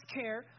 care